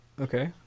Okay